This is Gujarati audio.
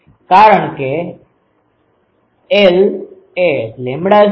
કારણ કે I એ ૦2 છે